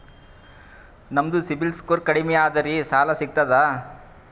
ನಮ್ದು ಸಿಬಿಲ್ ಸ್ಕೋರ್ ಕಡಿಮಿ ಅದರಿ ಸಾಲಾ ಸಿಗ್ತದ?